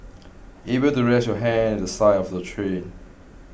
able to rest your head at the side of the train